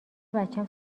بچم